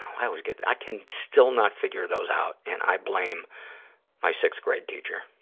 i always get, i can still not figure those out, and i blame my sixth grade teacher.